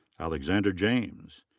alexander james.